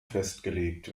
festgelegt